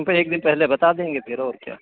फिर एक दिन पहेले बता देंगे फिर और क्या